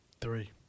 Three